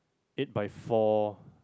eight by four